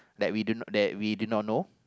that we do not that we do not know